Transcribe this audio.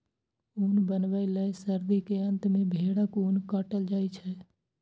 ऊन बनबै लए सर्दी के अंत मे भेड़क ऊन काटल जाइ छै